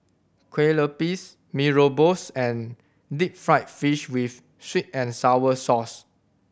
kue lupis Mee Rebus and deep fried fish with sweet and sour sauce